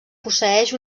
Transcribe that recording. posseeix